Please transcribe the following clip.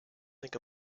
think